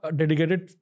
dedicated